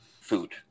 food